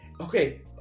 okay